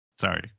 Sorry